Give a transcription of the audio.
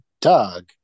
doug